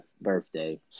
birthday